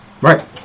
Right